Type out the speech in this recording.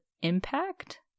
impact